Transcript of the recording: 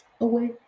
away